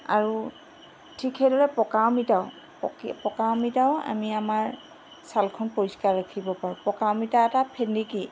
আৰু ঠিক সেইদৰে পকা অমিতাও পকা অমিতাও আমি আমাৰ ছালখন পৰিষ্কাৰ ৰাখিব পাৰোঁ পকা অমিতা এটা ফেনেকি